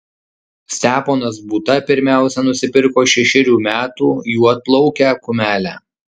steponas būta pirmiausia nusipirko šešerių metų juodplaukę kumelę